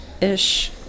ish